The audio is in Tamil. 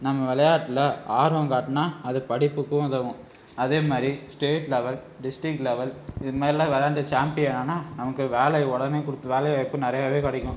நம்ம விளையாட்ல ஆர்வம் காட்டினா அது படிப்புக்கும் உதவும் அதே மாதிரி ஸ்டேட் லெவல் டிஸ்டிரிக் லெவல் இதுமாதிரிலா விளாண்டு சாம்பியன் ஆனால் நமக்கு வேலை உடனே கொடுத்து வேலை வாய்ப்பு நிறையவே கிடைக்கும்